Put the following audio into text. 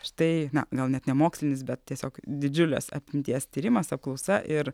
štai na gal net nemokslinis bet tiesiog didžiulės apimties tyrimas apklausa ir